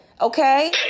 Okay